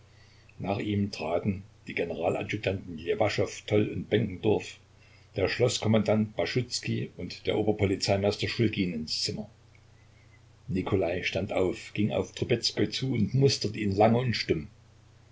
nach ihm traten die generaladjutanten ljewaschow toll und benkendorf der schloßkommandant baschuzkij und der ober polizeimeister schulgin ins zimmer nikolai stand auf ging auf trubezkoi zu und musterte ihn lange und stumm